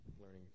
learning